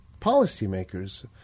policymakers